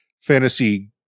fantasy